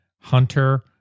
Hunter